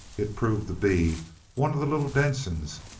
it proved to be one of the little densons,